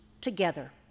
together